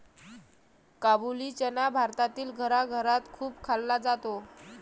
काबुली चना भारतातील घराघरात खूप खाल्ला जातो